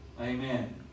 Amen